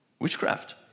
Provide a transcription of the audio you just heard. witchcraft